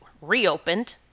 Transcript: reopened